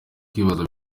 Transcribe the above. kwibaza